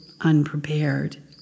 unprepared